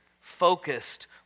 focused